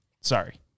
Sorry